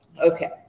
Okay